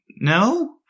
no